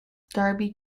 darby